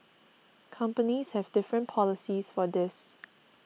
companies have different policies for this